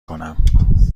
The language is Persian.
کنم